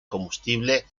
combustible